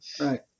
right